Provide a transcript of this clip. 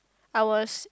I was